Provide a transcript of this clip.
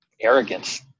arrogance